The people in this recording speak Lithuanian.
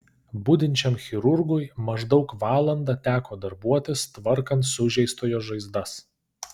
budinčiam chirurgui maždaug valandą teko darbuotis tvarkant sužeistojo žaizdas